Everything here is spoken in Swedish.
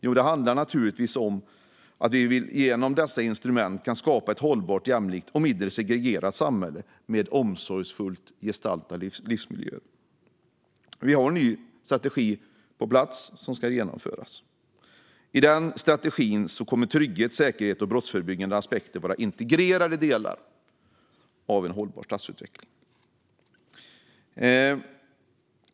Jo, genom dessa instrument kan vi skapa ett hållbart, jämlikt och mindre segregerat samhälle med omsorgsfullt gestaltade livsmiljöer. Vi har nu en strategi på plats som ska genomföras. I denna strategi kommer trygghet, säkerhet och brottsförebyggande aspekter att vara integrerade delar i en hållbar stadsutveckling.